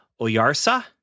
Oyarsa